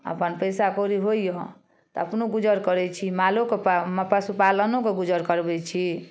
अपन पैसा कौड़ी होइए तऽ अपनो गुजर करै छी मालोके पशुपालनके गुजर करबै छी